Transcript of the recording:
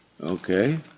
Okay